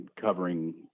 covering